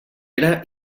era